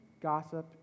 gossip